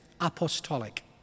Apostolic